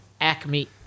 Acme